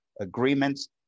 Agreements